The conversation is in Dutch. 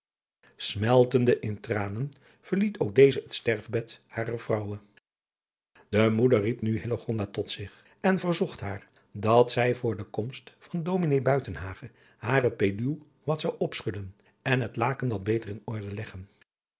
smeltende in tranen verliet ook deze het sterfadriaan loosjes pzn het leven van hillegonda buisman bed harer vrouwe de moeder riep nu hillegonda tot zich en verzocht haar dat zij voor de komst van ds buitenhagen hare peluw wat zou opschudden en het laken wat beter in orde leggen